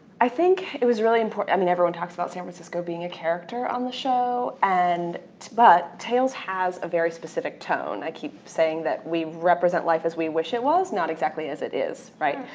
i think it was really important. i mean everyone talks about san francisco being a character on the show and but but tales has a very specific tone. i keep saying that we represent life as we wish it was not exactly as it is, right?